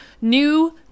new